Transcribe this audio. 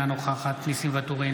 אינה נוכחת ניסים ואטורי,